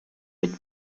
with